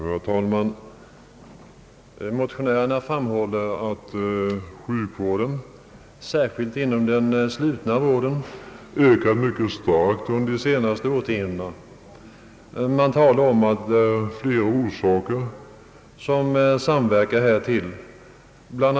Herr talman! Motionärerna framhåller att sjukvården, särskilt inom den slutna vården, ökat mycket starkt under de senaste årtiondena. Man talar om att flera orsaker samverkar till detta.